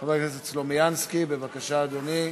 חבר הכנסת סלומינסקי, בבקשה, אדוני.